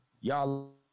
y'all